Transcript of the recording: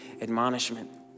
admonishment